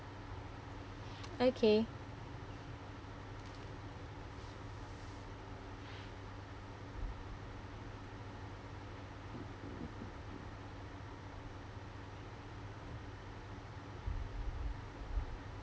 okay